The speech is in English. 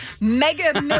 Mega